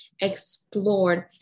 explored